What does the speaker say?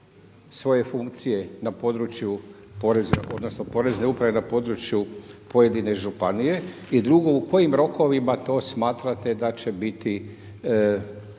svoje funkcije na području poreza odnosno porezne uprave na području pojedine županije. I drugo, u kojim rokovima to smatrate da će biti